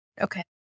Okay